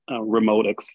remote